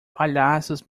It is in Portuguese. palhaços